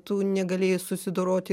tu negalėjai susidoroti